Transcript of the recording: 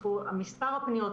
מספר הפניות,